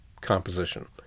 composition